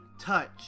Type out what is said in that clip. touch